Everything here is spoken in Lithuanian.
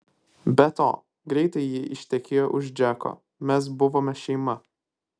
be to greitai ji ištekėjo už džeko mes buvome šeima